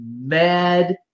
mad